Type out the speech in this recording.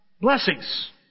blessings